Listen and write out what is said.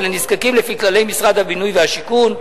ולנזקקים לפי כללי משרד הבינוי והשיכון.